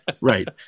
right